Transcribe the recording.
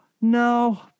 no